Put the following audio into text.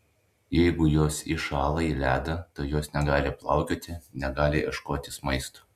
jeigu jos įšąla į ledą tai jos negali plaukioti negali ieškotis maisto